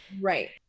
Right